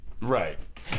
Right